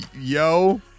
yo